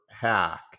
hack